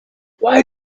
why